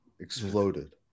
exploded